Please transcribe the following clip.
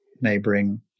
neighbouring